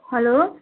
hello